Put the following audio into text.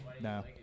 No